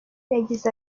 yagize